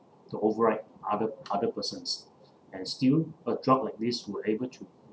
to override other other persons and still a drug like this will able to